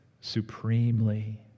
supremely